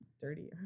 dirty